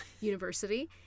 University